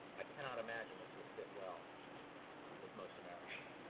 i cannot imagine this will sit well with most americans.